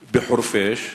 בחורפיש,